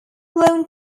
lawn